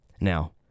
Now